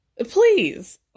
please